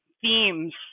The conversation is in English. themes